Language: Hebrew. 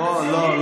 לא,